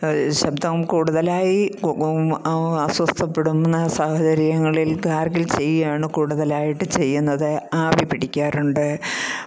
ശബ്ദം കൂടുതലായി അസ്വസ്ഥപ്പെടുന്ന സാഹചര്യങ്ങളിൽ ഗാർഗിൾ ചെയ്യുവാണ് കൂടുതലായിട്ട് ചെയ്യുന്നത് ആവി പിടിക്കാറുണ്ട്